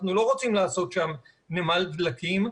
אנחנו לא רוצים לעשות שם נמל דלקים.